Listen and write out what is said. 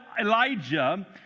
Elijah